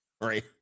right